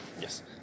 yes